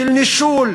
של נישול,